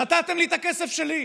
נתתם לי את הכסף שלי,